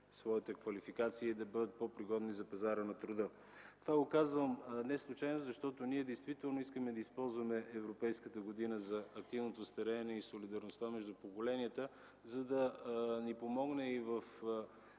своята квалификация и да бъдат по-пригодни за пазара на труда. Това го казвам неслучайно, защото ние действително искаме да използваме „Европейската година за активното стареене и солидарността между поколенията”, за да ни помогне и в